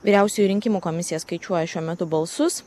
vyriausioji rinkimų komisija skaičiuoja šiuo metu balsus